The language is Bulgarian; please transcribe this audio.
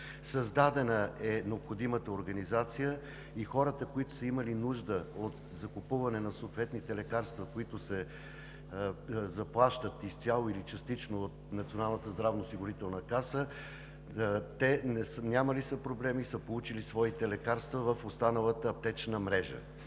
Създадена е необходимата организация и хората, които са имали нужда от закупуване на съответните лекарства, които се заплащат изцяло или частично от Националната здравноосигурителна каса, са нямали проблеми и са получили своите лекарства в останалата аптечна мрежа.